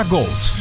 Gold